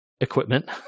equipment